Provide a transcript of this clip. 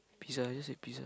pizza I just said pizza